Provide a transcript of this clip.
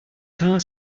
car